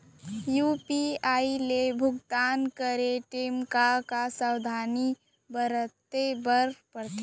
UPI ले भुगतान करे टेम का का सावधानी बरते बर परथे